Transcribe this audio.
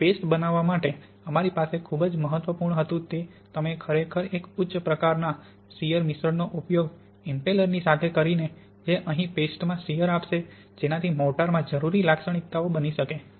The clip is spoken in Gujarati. અને પેસ્ટ બનવા માટે અમારી પાસે ખૂબ જ મહત્વપૂર્ણ હતું કે તમે ખરેખર એક ઉચ્ચ પ્રકારનાં શીઅર મિશ્રણનો ઉપયોગ ઇમ્પેલરની સાથે કરીને જે અહીં પેસ્ટ મા શીયર આપશે જેનાથી મોર્ટાર માં જરૂરી લાક્ષણિક્તાઓ બની શકે